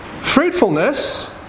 fruitfulness